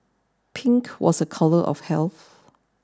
pink was a colour of health